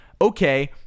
okay